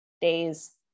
days